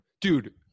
dude